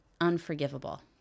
unforgivable